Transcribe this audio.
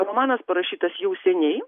romanas parašytas jau seniai